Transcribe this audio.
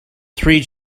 three